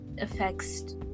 affects